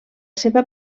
seva